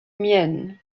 mien